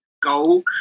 goal